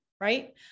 right